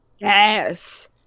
Yes